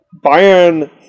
Bayern